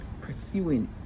pursuing